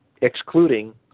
excluding